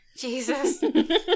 Jesus